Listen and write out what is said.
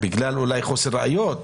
אולי בגלל חוסר ראיות,